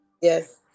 Yes